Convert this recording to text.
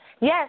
Yes